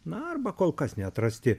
na arba kol kas neatrasti